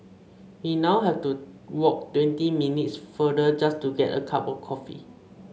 we now have to walk twenty minutes farther just to get a cup of coffee